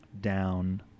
down